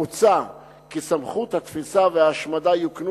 מוצע כי סמכות התפיסה וההשמדה יוקנו